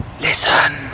Listen